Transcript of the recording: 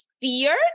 fear